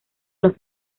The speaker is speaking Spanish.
los